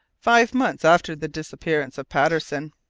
five months after the disappearance of patterson,